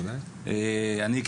אני,